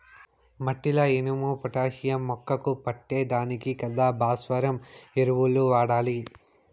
మట్టిల ఇనుము, పొటాషియం మొక్కకు పట్టే దానికి కదా భాస్వరం ఎరువులు వాడాలి